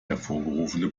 hervorgerufene